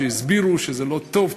שהסבירו שזה לא טוב,